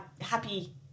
happy